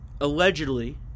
allegedly